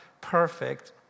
perfect